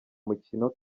mukino